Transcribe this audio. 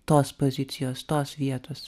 tos pozicijos tos vietos